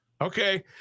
Okay